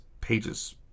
Page's